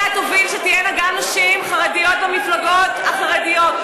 אתה תוביל שתהיינה גם נשים חרדיות במפלגות החרדיות.